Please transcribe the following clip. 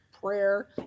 prayer